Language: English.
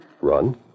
Run